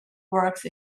works